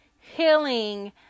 healing